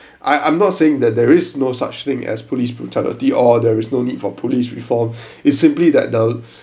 I I'm not saying that there is no such thing as police brutality or there is no need for police reform it's simply that the